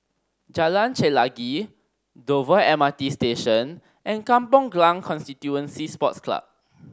Jalan Chelagi Dover M R T Station and Kampong Glam Constituency Sports Club